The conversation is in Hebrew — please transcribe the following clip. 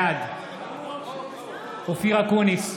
בעד אופיר אקוניס,